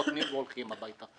חותמים והולכים הביתה.